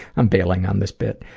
i'm bailing on this bit.